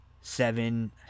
seven